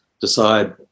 decide